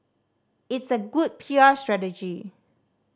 it's a good P R strategy